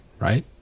right